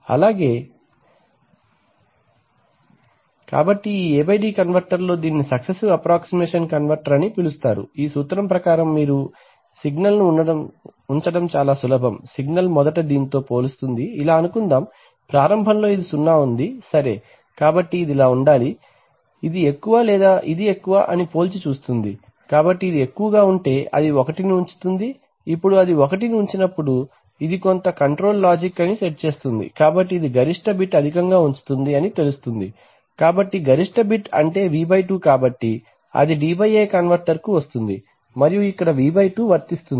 అలాగే మన కాబట్టి ఈ A D కన్వర్టర్లో దీనిని సక్సెస్సివ్ అప్రాక్సీమేషన్ కన్వర్టర్ అని పిలుస్తారు ఈ సూత్రం ప్రకారం మీరు సిగ్నల్ను ఉంచడం చాలా సులభం సిగ్నల్ మొదట దీనితో పోలుస్తుంది ఇలా అనుకుందాం ప్రారంభంలో ఇది 0సరే కాబట్టి ఇది ఇలా ఉండాలి ఇది ఎక్కువ లేదా ఇది ఎక్కువ అని పోల్చి చూస్తుంది కాబట్టి ఇది ఎక్కువగా ఉంటే అది 1 ను ఉంచుతుంది ఇప్పుడు అది 1 ను ఉంచినప్పుడు ఇది కొంత కంట్రోల్ లాజిక్ అని సెట్ చేస్తుంది కాబట్టి ఇది గరిష్ట బిట్ అధికంగా ఉంచుతుంది అని తెలుస్తుంది కాబట్టి గరిష్ట బిట్ అంటే V2 కాబట్టి అది DA కన్వర్టర్కు వస్తుంది మరియు ఇక్కడ V2 వర్తిస్తుంది